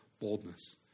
boldness